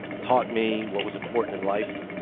taught me what was important in life.